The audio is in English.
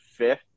Fifth